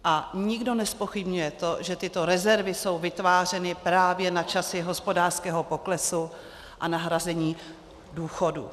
A nikdo nezpochybňuje to, že tyto rezervy jsou vytvářeny právě na časy hospodářského poklesu a na hrazení důchodů.